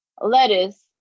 lettuce